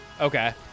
Okay